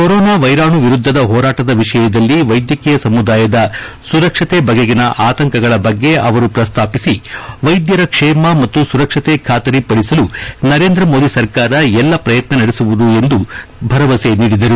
corona ವೈರಾಣು ವಿರುದ್ಧದ ಹೋರಾಟದ ವಿಷಯದಲ್ಲಿ ವೈದ್ಯಕೀಯ ಸಮುದಾಯದ ಸುರಕ್ಷತೆ ಬಗೆಗಿನ ಆತಂಕಗಳ ಬಗ್ಗೆ ಅವರು ಪ್ರಸ್ತಾಪಿಸಿ ವೈದ್ಯರ ಕ್ಷೇಮ ಮತ್ತು ಸುರಕ್ಷತೆ ಖಾತರಿ ಪಡಿಸಲು ನರೇಂದ್ರ ಮೋದಿ ಸರ್ಕಾರ ಎಲ್ಲಾ ಪ್ರಯತ್ನ ನಡೆಸುವುದು ಎಂದು ಗೃಪ ಸಚಿವರು ಭರವಸೆ ನೀಡಿದರು